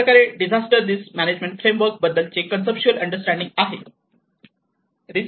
अरे अशाप्रकारे disaster risk management framework बद्दलची कन्सप्च्युअल अंडरस्टँडिंग आहे